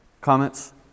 Comments